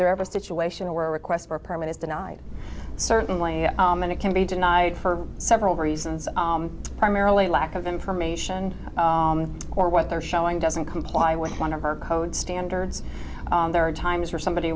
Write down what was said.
there ever a situation where a request for a permit is denied certainly and it can be denied for several reasons are primarily lack of information or what they're showing doesn't comply with one of our code standards there are times where somebody